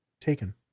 taken